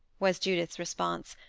was judith's response.